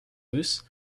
russe